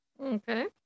Okay